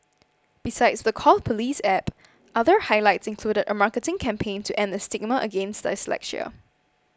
besides the Call Police App other highlights included a marketing campaign to end the stigma against dyslexia